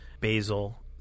basil